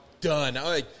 done